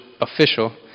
official